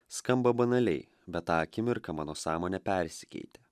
skamba banaliai bet tą akimirką mano sąmonė persikeitė